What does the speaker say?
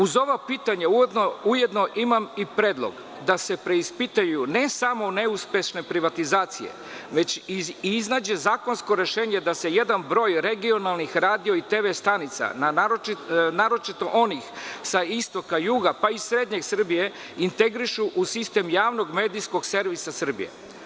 Uz ovo pitanje uvodno ujedno imam i predlog da se preispitaju ne samo neuspešne privatizacije, već iznađe zakonsko rešenje da se jedan broj regionalnih radio i TV stanica, naročito onih sa istoka, juga, pa i srednje Srbije integrišu u sistem javnog medijskog servisa Srbije.